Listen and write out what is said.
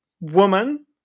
woman